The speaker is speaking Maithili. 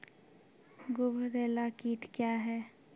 गुबरैला कीट क्या हैं?